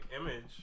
Image